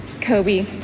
Kobe